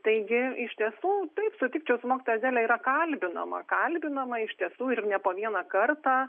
taigi iš tiesų taip sutikčiau su mokytoja adele yra kalbinama kalbinama iš tiesų ir ne po vieną kartą